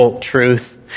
truth